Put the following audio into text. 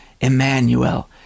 Emmanuel